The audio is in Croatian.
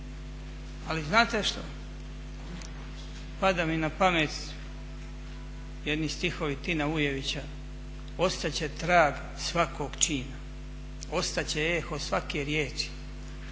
Ali znate što? Pada mi na pamet jedni stihovi Tina Ujevića: "Ostat će trag svakog čina, ostat će eho svake riječi